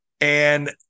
And-